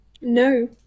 No